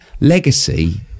legacy